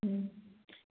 ꯎꯝ